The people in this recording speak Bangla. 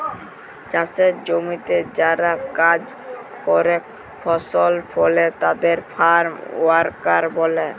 চাসের জমিতে যারা কাজ করেক ফসল ফলে তাদের ফার্ম ওয়ার্কার ব্যলে